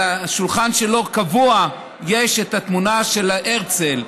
על השולחן שלו קבוע יש תמונה של הרצל,